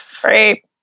great